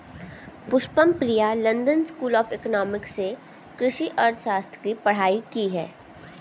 Pushpam Priya London school of economics से कृषि अर्थशास्त्र की पढ़ाई की है